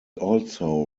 also